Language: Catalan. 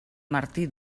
martí